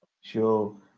Show